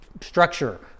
structure